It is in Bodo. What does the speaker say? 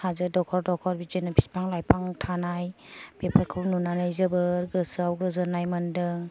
हाजो दखर दखर बिदिनो फिफां लाइफां थानाय बेफोरखौ नुनानै जोबोर गोसोआव गोजोन्नाय मोनदों